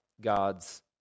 God's